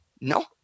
no